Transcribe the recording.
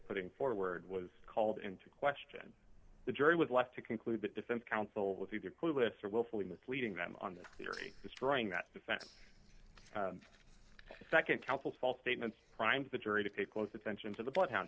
putting forward was called into question the jury was left to conclude the defense counsel with either clueless or willfully misleading them on the theory destroying that defense second counsel false statements primed the jury to pay close attention to the bloodhound